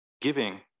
giving